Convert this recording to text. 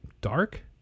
dark